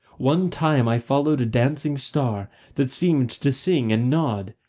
one time i followed a dancing star that seemed to sing and nod,